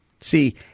See